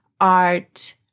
art